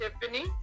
Tiffany